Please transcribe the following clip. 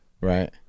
Right